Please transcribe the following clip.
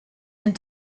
and